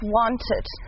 wanted